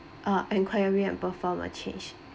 ah enquiry and perform a change